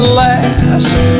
last